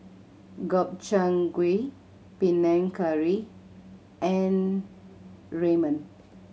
Gobchang Gui Panang Curry and Ramen